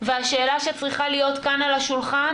והשאלה שצריכה להיות כאן על השולחן